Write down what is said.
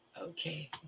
Okay